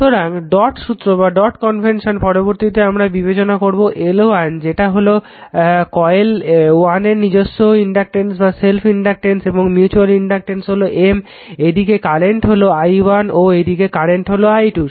সুতরাং ডট সুত্রে পরবর্তীতে আমরা বিবেচনা করবো L1 যেটা হলো কয়েল 1 এর নিজস্ব ইনডাকটেন্স এবং মিউচুয়াল ইনডাকটেন্স হলো M এদিকে কারেন্ট হলো i1 ও এদিকে কারেন্ট হলো i 2